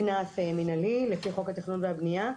קנס מנהלי לפי חוק התכנון והבנייה,